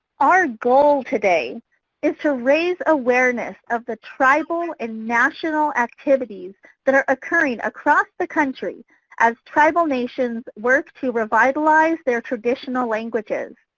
our goal today is to raise awareness of the tribal and national activities that are occurring across the country as tribal nations work to revitalize their traditional languages.